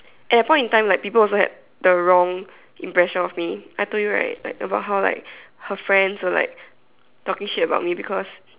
at that point in time like people also had the wrong impression of me I told you right like about how like her friends were like talking shit about me because